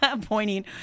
pointing